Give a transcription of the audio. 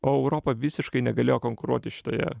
o europa visiškai negalėjo konkuruoti šitoje